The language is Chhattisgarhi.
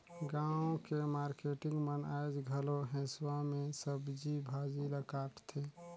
गाँव के मारकेटिंग मन आयज घलो हेसुवा में सब्जी भाजी ल काटथे